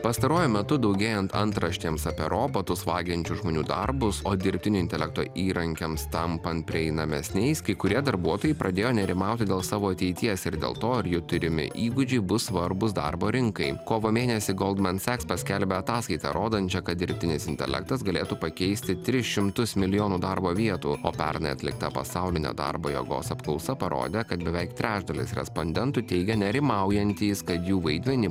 pastaruoju metu daugėjant antraštėms apie robotus vagiančių žmonių darbus o dirbtinio intelekto įrankiams tampant prieinamesniais kai kurie darbuotojai pradėjo nerimauti dėl savo ateities ir dėl to ar jų turimi įgūdžiai bus svarbūs darbo rinkai kovo mėnesį goldman seks paskelbė ataskaitą rodančią kad dirbtinis intelektas galėtų pakeisti tris šimtus milijonų darbo vietų o pernai atlikta pasaulinė darbo jėgos apklausa parodė kad beveik trečdalis respondentų teigia nerimaujantys kad jų vaidmenį